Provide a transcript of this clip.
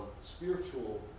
spiritual